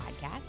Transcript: Podcast